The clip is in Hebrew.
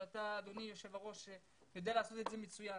אתה אדוני יושב הראש יודע לעשות את זה מצוין.